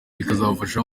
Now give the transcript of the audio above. bikazafasha